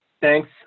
thanks